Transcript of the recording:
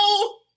no